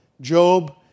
Job